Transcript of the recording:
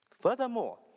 Furthermore